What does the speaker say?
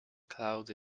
clouds